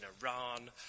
Iran